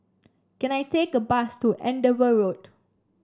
can I take a bus to Andover Road